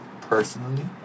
personally